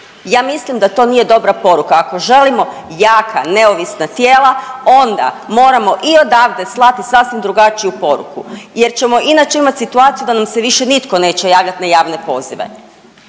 Ja mislim da to nije dobra poruka. Ako želimo jaka neovisna tijela onda moramo i odavde slati sasvim drugačiju poruku jer ćemo inače imati situaciju da nam se više nitko neće javljat na javne pozive.